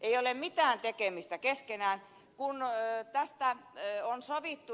ei ole mitään tekemistä keskenään kun tästä on sovittu